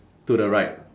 to the right